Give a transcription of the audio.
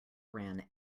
ran